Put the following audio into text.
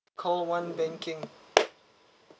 call one banking